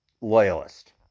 loyalist